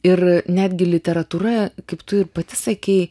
ir netgi literatūra kaip tu ir pati sakei